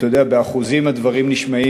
באחוזים הדברים נשמעים,